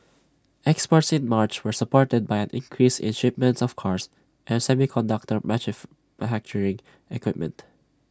exports in March were supported by an increase in shipments of cars and semiconductor equipment